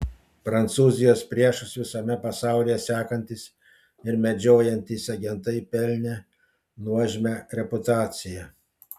prancūzijos priešus visame pasaulyje sekantys ir medžiojantys agentai pelnė nuožmią reputaciją